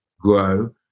grow